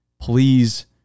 Please